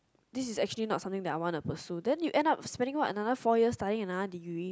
this is actually not something that I wanna pursue then you end up spending what another four yars study another degree